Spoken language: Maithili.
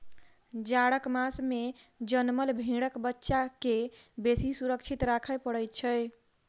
जाड़क मास मे जनमल भेंड़क बच्चा के बेसी सुरक्षित राखय पड़ैत छै